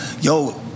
Yo